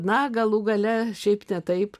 na galų gale šiaip ne taip